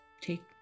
take